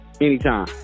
Anytime